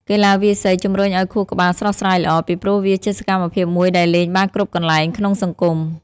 កីឡាវាយសី ជំរុញឱ្យខួរក្បាលស្រស់ស្រាយល្អ ពីព្រោះវាជាសកម្មភាពមួយដែលលេងបានគ្រប់កន្លែងក្នុងសង្គម។